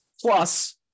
Plus